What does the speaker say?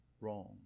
wrong